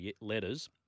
letters